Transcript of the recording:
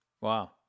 Wow